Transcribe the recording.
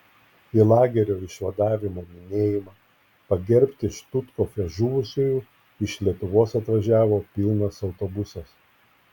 į lagerio išvadavimo minėjimą pagerbti štuthofe žuvusiųjų iš lietuvos atvažiavo pilnas autobusas